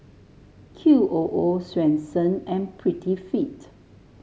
Q O O Swensen and Prettyfit